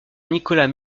nicolas